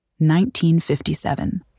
1957